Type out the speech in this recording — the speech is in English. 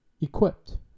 equipped